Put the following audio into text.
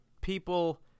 people